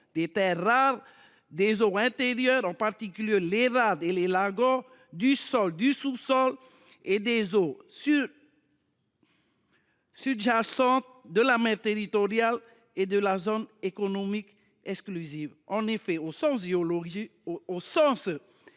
des terres rares, des eaux intérieures, en particulier les rades et les lagons, du sol, du sous sol et des eaux sur jacentes de la mer territoriale et de la zone économique exclusive ». En effet, au sens géologique, un gisement